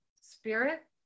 Spirit